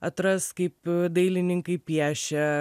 atras kaip dailininkai piešia